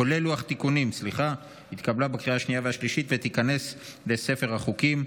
כולל לוח תיקונים, ותיכנס לספר החוקים.